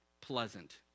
pleasant